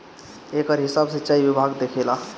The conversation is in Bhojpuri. एकर हिसाब सिंचाई विभाग देखेला